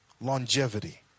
longevity